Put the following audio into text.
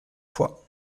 fois